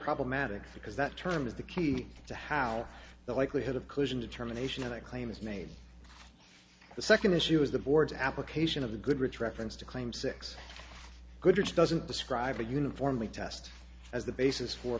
problematic because that term is the key to how the likelihood of collision determination of the claim is made the second issue is the board's application of the goodrich reference to claim six goodrich doesn't describe a uniformly test as the basis for